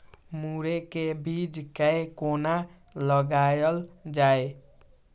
मुरे के बीज कै कोना लगायल जाय?